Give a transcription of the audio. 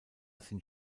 sind